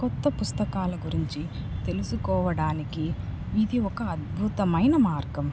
కొత్త పుస్తకాల గురించి తెలుసుకోవడానికి ఇది ఒక అద్భుతమైన మార్గం